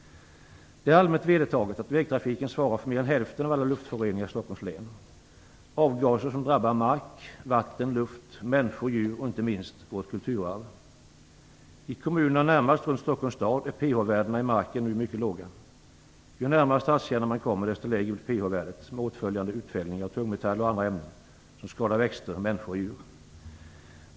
Det är allmänt vedertaget att vägtrafiken svarar för mer än hälften av alla luftföroreningar i Stockholms län. Avgaser drabbar mark, vatten, luft, människor och djur och, inte minst, vårt kulturarv. I de närmaste kommunerna runt Stockholms stad är pH-värdena i marken nu mycket låga. Ju närmare stadskärnan man kommer, desto lägre blir pH-värdet med åtföljande utfällningar av tungmetaller och andra ämnen som skadar växter, människor och djur.